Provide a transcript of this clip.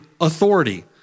authority